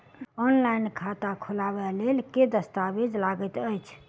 Online खाता खोलबय लेल केँ दस्तावेज लागति अछि?